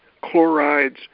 chlorides